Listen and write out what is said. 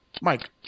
mike